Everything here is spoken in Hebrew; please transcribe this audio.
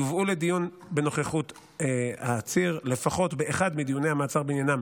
הם יובאו לדיון בנוכחות העציר לפחות באחד מדיוני המעצר בעניינם,